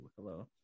hello